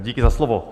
Díky za slovo.